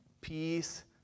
Peace